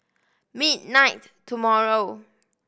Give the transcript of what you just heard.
midnight tomorrow